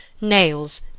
nails